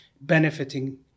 benefiting